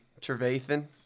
Trevathan